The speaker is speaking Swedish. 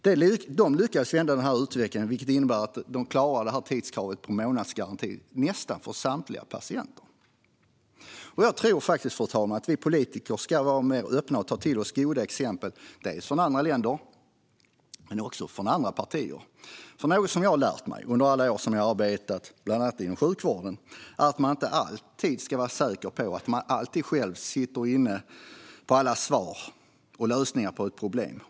De har lyckats vända denna utveckling, vilket innebär att de klarar tidskravet och månadsgarantin för nästan samtliga patienter. Jag tror faktiskt, fru talman, att vi politiker ska vara mer öppna och ta till oss goda exempel från andra länder men också från andra partier. Något som jag har lärt mig under alla år som jag har arbetat bland annat inom sjukvården är att man inte alltid ska vara säker på att man själv alltid sitter inne med alla svar och lösningar på ett problem.